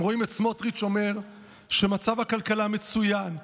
הם רואים את סמוטריץ' אומר שמצב הכלכלה מצוין,